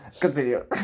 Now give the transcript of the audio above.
Continue